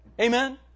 Amen